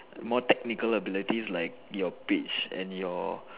more technical abilities like your page and your